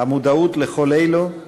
המודעות לכל אלו,